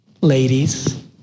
Ladies